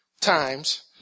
times